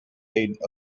aid